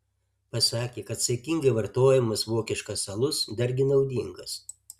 pasakė kad saikingai vartojamas vokiškas alus dargi naudingas